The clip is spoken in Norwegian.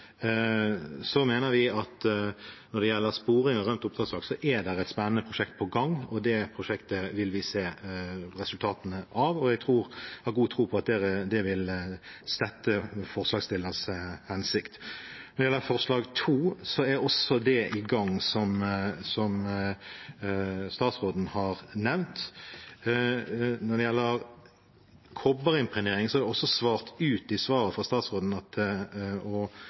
så jeg vil bare kort skissere hvorfor en ikke går inn for noen av dem. Til forslag nr. 1, i saken om miljøreform, mener vi at når det gjelder sporing av rømt oppdrettslaks, er det et spennende prosjekt på gang, og det prosjektet vil vi se resultatene av. Jeg har god tro på at det vil stette forslagsstillers hensikt. Når det gjelder forslag nr. 2, er også det i gang, som statsråden har nevnt. Når det gjelder kobberimpregnering, er det også svart